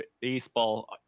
baseball